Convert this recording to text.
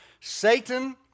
Satan